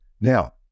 Now